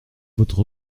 votre